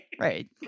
right